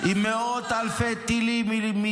זה בחסות אהוד ברק ----- עם מאות אלפי טילים מלבנון,